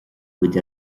gcuid